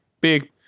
big